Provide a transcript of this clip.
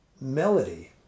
melody